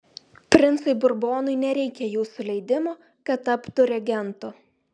princui burbonui nereikia jūsų leidimo kad taptų regentu